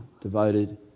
devoted